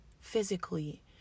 physically